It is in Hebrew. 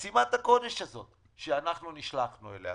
משימת הקדוש הזאת, שאנחנו נשלחנו אליה.